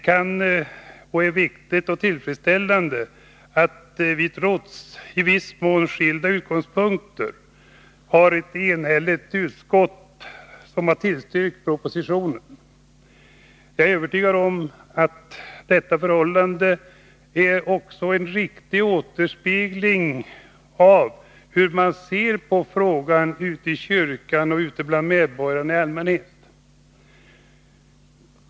Det är viktigt och tillfredsställande att ett enhälligt konstitutionsutskott tillstyrkt propositionen, trots våra i viss mån skilda utgångspunkter. Jag är övertygad om att detta förhållande också är en riktig återspegling av hur man ser på frågan inom kyrkan och bland medborgarna i allmänhet.